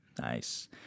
Nice